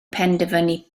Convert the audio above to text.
penderfynu